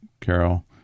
Carol